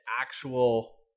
actual